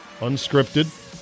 Unscripted